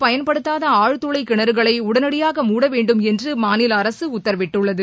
பயன்படுத்தாத ஆழ்துளை கிணறுகளை உடனடியாக மூட வேண்டும் என்று மாநில அரசு உத்தரவிட்டுள்ளது